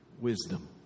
wisdom